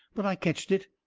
but i ketched it,